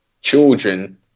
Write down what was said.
children